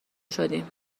شدیم